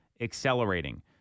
accelerating